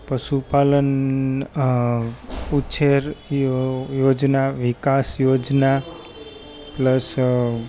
પશુપાલન ઉછેર યોજના વિકાસ યોજના પ્લસ